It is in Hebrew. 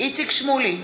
איציק שמולי,